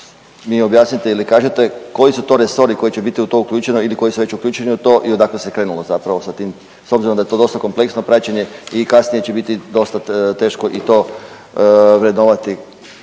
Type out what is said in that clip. mi objasnite ili kažete koji su to resori koji će biti u to uključeni ili koji su već uključeni u to i odakle se krenulo zapravo sa tim s obzirom da je to dosta kompleksno praćenje i kasnije će biti dosta teško i to vrednovati